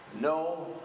no